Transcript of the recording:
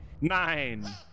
Nine